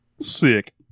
Sick